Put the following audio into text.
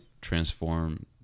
transform